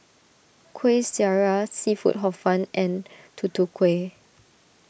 Kueh Syara Seafood Hor Fun and Tutu Kueh